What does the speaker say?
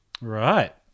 Right